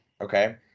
Okay